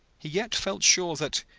he yet felt sure that,